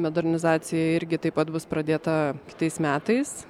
modernizacija irgi taip pat bus pradėta kitais metais